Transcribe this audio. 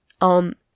on